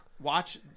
Watch